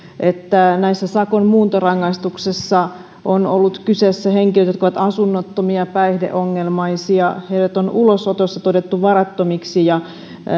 että näissä sakon muuntorangaistuksissa on ollut kyseessä henkilöitä jotka ovat asunnottomia päihdeongelmaisia heidät on ulosotossa todettu varattomiksi ja